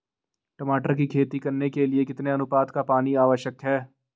टमाटर की खेती करने के लिए कितने अनुपात का पानी आवश्यक है?